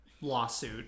lawsuit